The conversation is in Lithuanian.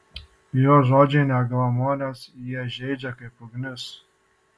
jo žodžiai ne glamonės jie žeidžia kaip ugnis